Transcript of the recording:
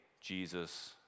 Jesus